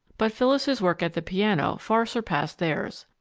but phyllis's work at the piano far surpassed theirs.